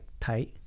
tight